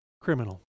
criminal